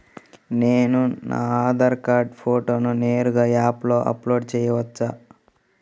నేను నా ఆధార్ కార్డ్ ఫోటోను నేరుగా యాప్లో అప్లోడ్ చేయవచ్చా?